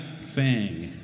fang